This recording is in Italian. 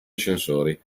ascensori